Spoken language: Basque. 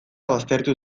baztertu